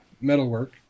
metalwork